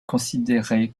considérait